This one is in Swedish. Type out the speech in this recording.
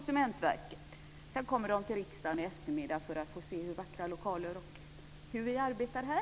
Sedan kommer de till riksdagen i eftermiddag för att se våra vackra lokaler och hur vi arbetar här.